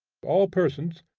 all persons,